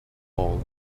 hall